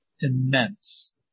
immense